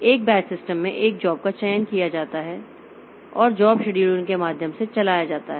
एक batch system में एक जॉब का चयन किया जाता है और जॉब शेड्यूलिंग के माध्यम से चलाया जाता है